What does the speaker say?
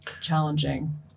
challenging